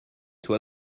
toi